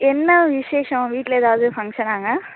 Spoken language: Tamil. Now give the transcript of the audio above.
என்ன விசேஷம் வீட்டில எதாவது ஃபங்க்ஷனாங்க